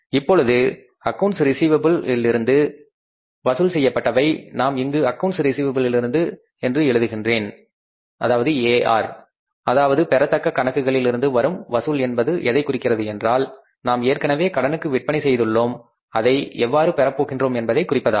இப்பொழுது அக்கவுண்ட்ஸ் ரிஸீவபிளிலிருந்து இருந்து வசூல் செய்யப்பட்டவை நான் இங்கு அக்கவுண்ட்ஸ் ரிஸீவபிளிலிருந்து என்று எழுதுகின்றேன் அதாவது பெறத்தக்க கணக்குகளில் இருந்து வரும் வசூல் என்பது எதைக் குறிக்கிறது என்றால் நாம் ஏற்கனவே கடனுக்கு விற்பனை செய்துள்ளோம் அதை எவ்வாறு பெறப்போகின்றோம் என்பதை குறிப்பதாகும்